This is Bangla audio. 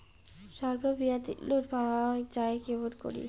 স্বল্প মেয়াদি লোন পাওয়া যায় কেমন করি?